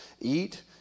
Eat